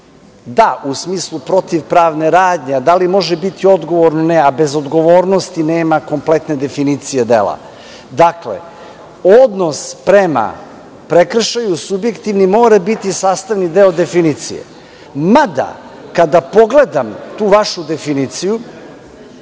Da, u smislu protivpravne radnje. Da li može biti odgovorno? Ne, a bez odgovornosti nema kompletne definicije dela. Dakle, odnos prema prekršaju, subjektivni, mora biti sastavni deo definicije. Mada, kada pogledam tu vašu definiciju,